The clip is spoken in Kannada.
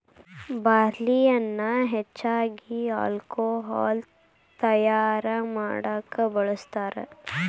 ಬಾರ್ಲಿಯನ್ನಾ ಹೆಚ್ಚಾಗಿ ಹಾಲ್ಕೊಹಾಲ್ ತಯಾರಾ ಮಾಡಾಕ ಬಳ್ಸತಾರ